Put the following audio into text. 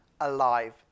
alive